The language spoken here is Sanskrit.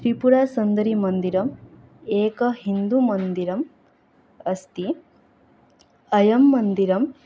त्रिपुरसुन्दरीमन्दिरम् एकहिन्दुमन्दिरम् अस्ति अयं मन्दिरम्